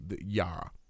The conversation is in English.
Yara